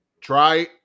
Try